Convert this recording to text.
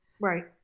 Right